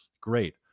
great